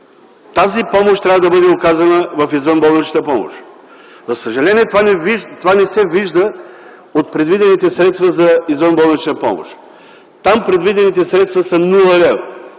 тази помощ трябва да бъде оказана в извънболничната помощ. За съжаление това не се вижда от предвидените средства за извънболнична помощ. Там тези средства са нула